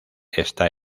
está